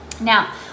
Now